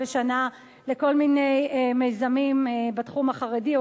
חדשים בשנה לכל מיני מיזמים בתחום החרדי,